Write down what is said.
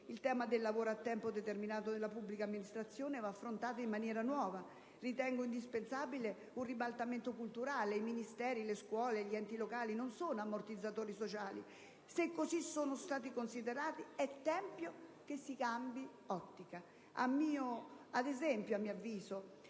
Il tema del lavoro a tempo determinato nella pubblica amministrazione va affrontato in maniera nuova. Ritengo indispensabile un ribaltamento culturale: i Ministeri, le scuole e gli enti locali non sono ammortizzatori sociali. Se così sono stati considerati, allora è tempo che si cambi ottica. Ad esempio, a mio avviso